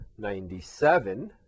97